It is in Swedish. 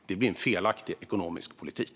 Det blir en felaktig ekonomisk politik.